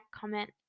comment